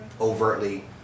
overtly